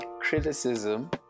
criticism